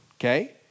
Okay